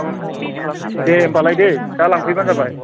औ औ दे होम्बालाय दै दा लांफैबानो जाबाय